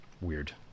Weird